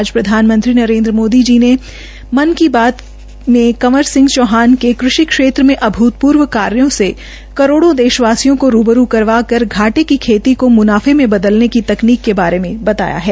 आज प्रधानमंत्री नरेन्द्र मोदी ने मन की बात में कंवर सिंह चौहान के कृषि क्षेत्र में अभूतपूर्व कार्यो से करोड़ों देशवासियों के रू ब रू करवा कर घाटे की खेती को मुनाफे में बदलने के में बताया है